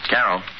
Carol